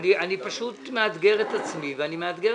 אני פשוט מאתגר את עצמי ואני מאתגר